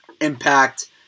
impact